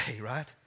Right